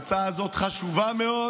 ההצעה הזאת חשובה מאוד,